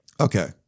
okay